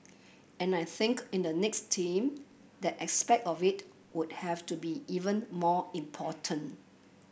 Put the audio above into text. and I think in the next team that aspect of it would have to be even more important